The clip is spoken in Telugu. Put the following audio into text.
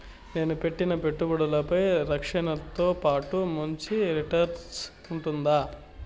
నేను పెట్టిన పెట్టుబడులపై రక్షణతో పాటు మంచి రిటర్న్స్ ఉంటుందా?